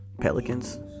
pelicans